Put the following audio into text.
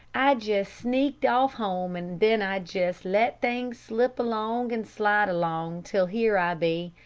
i jest sneaked off home, and then i jest let things slip along and slide along till here i be.